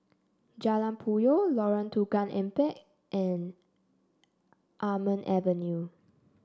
Jalan Puyoh Lorong Tukang Empat and Almond Avenue